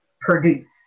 produce